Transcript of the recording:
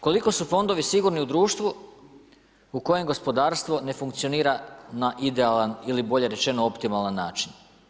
Koliko su fondovi sigurni u društvu u kojem gospodarstvo ne funkcionira na idealan ili bolje rečeno optimalan način?